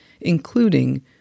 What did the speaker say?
including